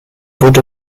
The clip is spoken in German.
wurde